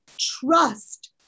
trust